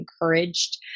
encouraged